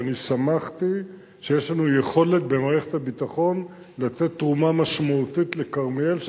ואני שמחתי שיש לנו יכולת במערכת הביטחון לתת תרומה משמעותית לכרמיאל,